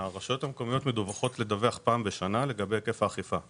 הרשויות המקומיות מחויבות לדווח פעם בשנה לגבי היקף האכיפה.